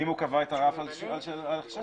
אם הוא קבע את הרף הזה של 16,